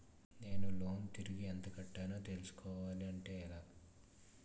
నేను లోన్ తిరిగి ఎంత కట్టానో తెలుసుకోవాలి అంటే ఎలా?